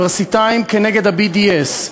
אוניברסיטאיים כנגד ה-BDS,